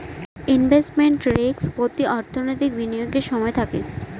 investment risk প্রতি অর্থনৈতিক বিনিয়োগের সময় থাকে